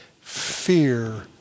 fear